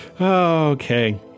Okay